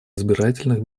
избирательных